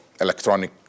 electronic